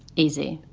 easy.